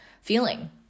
feeling